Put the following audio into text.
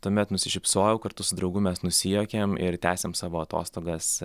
tuomet nusišypsojau kartu su draugu mes nusijuokėm ir tęsėm savo atostogas